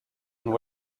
and